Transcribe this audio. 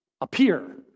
Appear